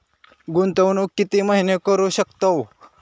गुंतवणूक किती महिने करू शकतव?